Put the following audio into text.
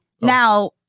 Now